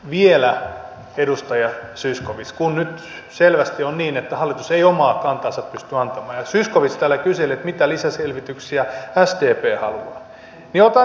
vielä edustaja zyskowicz kun nyt selvästi on niin että hallitus ei omaa kantaansa pysty antamaan ja zyskowicz täällä kyseli että mitä lisäselvityksiä sdp haluaa niin otan nyt yhden esimerkin